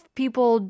people